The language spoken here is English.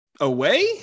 away